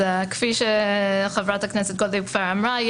כמו שחברת הכנסת גוטליב כבר אמרה,